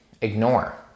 ignore